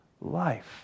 Life